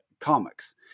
comics